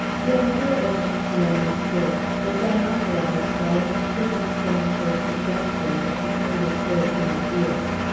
the idea, it must be understood, was unauthorized by any circumstance or suggestion that had made its way to my ears.